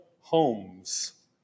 homes